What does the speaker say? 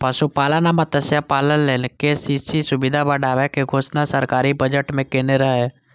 पशुपालन आ मत्स्यपालन लेल के.सी.सी सुविधा बढ़ाबै के घोषणा सरकार बजट मे केने रहै